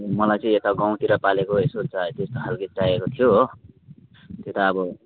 मलाई चाहिँ यता गाउँतिर पालेको यसो चाहिएको त्यस्तो खाल्के चाहिएको थियो हो त्यो त अब